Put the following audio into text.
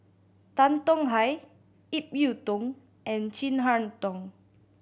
Tan Tong Hye Ip Yiu Tung and Chin Harn Tong